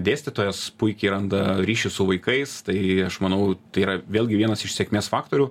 dėstytojas puikiai randa ryšį su vaikais tai aš manau tai yra vėlgi vienas iš sėkmės faktorių